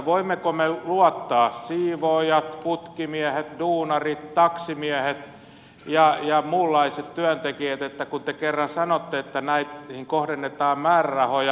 voimmeko me luottaa siivoojat putkimiehet duunarit taksimiehet ja muunlaiset työntekijät kun te kerran sanotte että näihin kohdennetaan määrärahoja